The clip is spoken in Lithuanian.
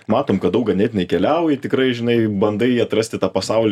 matom kad dau ganėtinai keliauji tikrai žinai bandai atrasti tą pasaulį